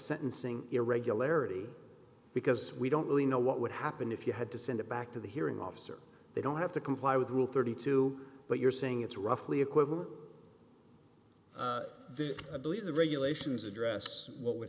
sentencing irregularity because we don't really know what would happen if you had to send it back to the hearing officer they don't have to comply with rule thirty two but you're saying it's roughly equivalent i believe the regulations address what would